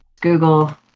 Google